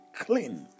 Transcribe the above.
clean